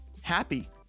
happy